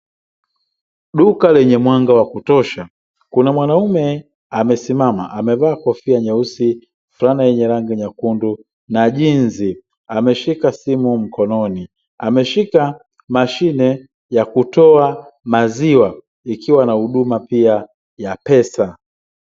Duka lenye mwanga wa kutosha, kuna mwanaume amesimama amevaa kofia nyeusi, fulana yenye rangi nyekundu na jinzi, ameshika simu mkononi. Ameshika mashine ya kutoa maziwa, ikiwa na huduma pia ya pesa.